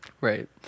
Right